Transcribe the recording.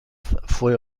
fue